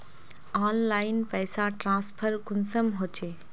Online पैसा transfer कुंसम होचे?